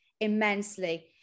immensely